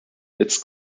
its